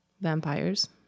Vampires